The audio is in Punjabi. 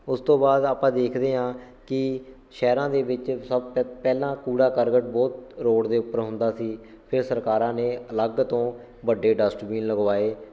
ਉਸ ਤੋਂ ਬਾਅਦ ਆਪਾਂ ਦੇਖਦੇ ਹਾਂ ਕਿ ਸ਼ਹਿਰਾਂ ਦੇ ਵਿੱਚ ਸਭ ਪ ਪਹਿਲਾਂ ਕੂੜਾ ਕਰਕਟ ਬਹੁਤ ਰੋਡ ਦੇ ਉੱਪਰ ਹੁੰਦਾ ਸੀ ਫਿਰ ਸਰਕਾਰਾਂ ਨੇ ਅਲੱਗ ਤੋਂ ਵੱਡੇ ਡਸਟਬੀਨ ਲਗਵਾਏ